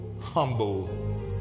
humble